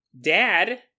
Dad